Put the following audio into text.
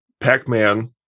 Pac-Man